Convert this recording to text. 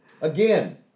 Again